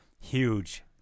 huge